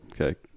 Okay